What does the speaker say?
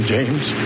James